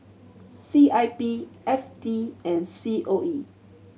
C I P F T and C O E